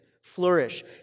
flourish